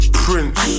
prince